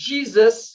Jesus